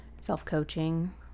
self-coaching